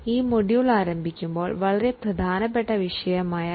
ഈ മൊഡ്യൂൾ ആരംഭിക്കുമ്പോൾ നമ്മൾ വളരെ പ്രധാനപ്പെട്ട ഒരു വിഷയവും ചർച്ച ചെയ്യുന്നതാണ്